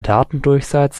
datendurchsatz